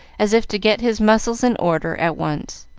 as if to get his muscles in order at once.